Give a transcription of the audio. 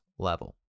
level